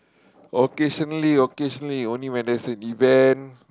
occasionally occasionally only when there's an event